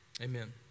Amen